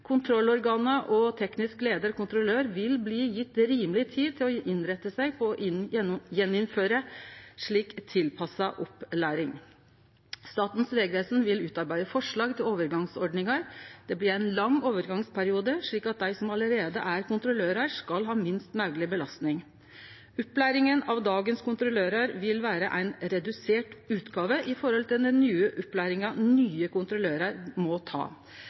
og teknisk leiar/kontrollør vil bli gjevne rimeleg med tid til å innrette seg på å gjennomføre ei slik tilpassa opplæring. Statens vegvesen vil utarbeide forslag til overgangsordningar. Det blir ein lang overgangsperiode, slik at dei som allereie er kontrollørar, skal ha minst mogleg belastning. Opplæringa av dagens kontrollørar vil vere ei redusert utgåve samanlikna med den opplæringa nye kontrollørar må ta.